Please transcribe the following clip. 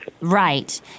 Right